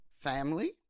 family